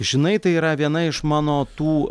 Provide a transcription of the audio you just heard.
žinai tai yra viena iš mano tų